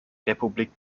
republik